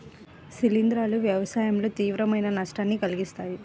శిలీంధ్రాలు వ్యవసాయంలో తీవ్రమైన నష్టాన్ని కలిగిస్తాయి